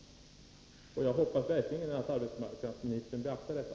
Jag hoppas verkligen att arbetsmarknadsministern beaktar detta.